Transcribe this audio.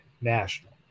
national